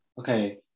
Okay